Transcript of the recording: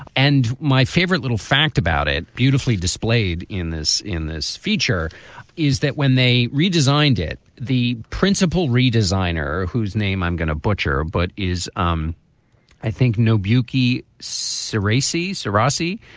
and my favorite little fact about it beautifully displayed in this in this feature is that when they redesigned it, the principal redesign or whose name i'm gonna butcher, but is, um i think, nobuyuki so racy. sorosky,